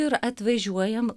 ir atvažiuojam